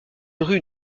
rue